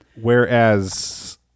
whereas